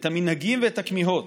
את המנהגים ואת הכמיהות,